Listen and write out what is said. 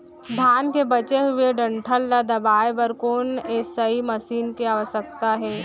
धान के बचे हुए डंठल ल दबाये बर कोन एसई मशीन के आवश्यकता हे?